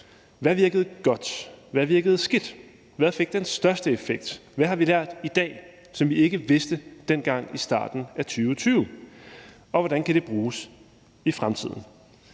Hvad virkede godt? Hvad virkede skidt? Hvad havde den største effekt? Hvad har vi lært i dag, som vi ikke vidste dengang i starten af 2020, og hvordan kan det bruges i fremtiden?